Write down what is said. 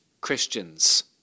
Christians